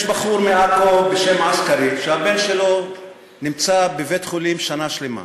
יש בחור מעכו בשם עסכרי שהבן שלו נמצא בבית-חולים שנה שלמה,